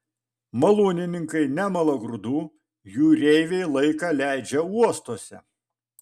malūnininkai nemala grūdų jūreiviai laiką leidžia uostuose